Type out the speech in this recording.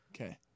Okay